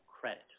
credit